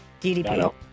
DDP